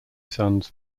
sons